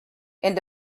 and